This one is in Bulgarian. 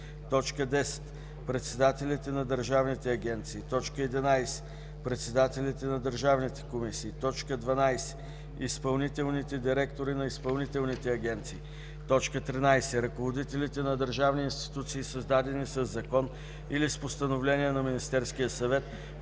10. председателите на държавните агенции; 11. председателите на държавните комисии; 12. изпълнителните директори на изпълнителните агенции; 13. ръководителите на държавни институции, създадени със закон или с постановление на Министерския съвет,